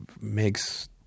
makes